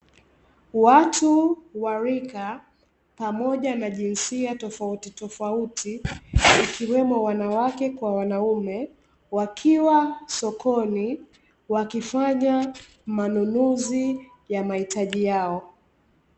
Watu wa rika pamoja na jinsia tofautitofauti, ikiwemo wanawake kwa wanaume, wakiwa sokoni wakifanya manunuzi ya mahitaji yao.